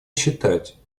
считать